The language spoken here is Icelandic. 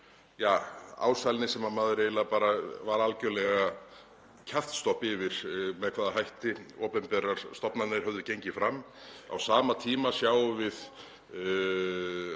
ásælni sem maður eiginlega var algerlega kjaftstopp yfir, með hvaða hætti opinberar stofnanir höfðu gengið fram. Á sama tíma sjáum við